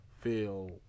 feel